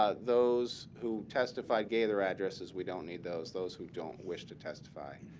ah those who testified gave their addresses. we don't need those. those who don't wish to testify,